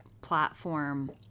platform